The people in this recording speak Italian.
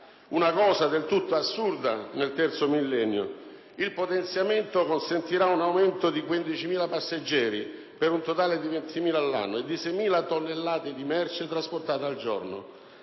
cosa del tutto assurda nel terzo millennio. Il potenziamento consentirà un aumento di 15.000 passeggeri, per un totale di 20.000 all'anno, e di 6.000 tonnellate di merci trasportate al giorno.